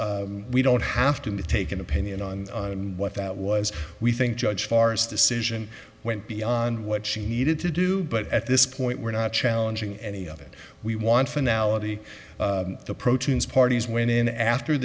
we don't have to take an opinion on what that was we think judge far as decision went beyond what she needed to do but at this point we're not challenging any of it we want finale the proteins parties went in after